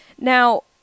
Now